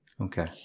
Okay